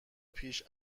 پیش